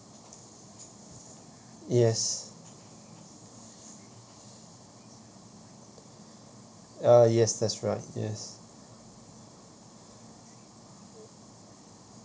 yes uh yes that's right yes